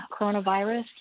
coronavirus